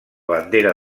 bandera